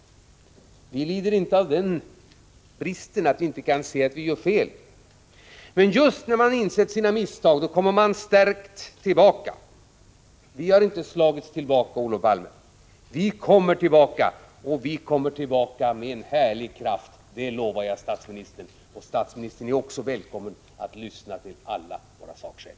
Vi lider inte av den bristen att vi inte kan se att vi gör fel. Men just när man insett sina misstag kommer man stärkt tillbaka. Vi har inte slagits tillbaka, Olof Palme! Vi kommer tillbaka, och vi kommer tillbaka med en härlig kraft — det lovar jag statsministern. Statsministern är också välkommen att lyssna till alla våra sakskäl.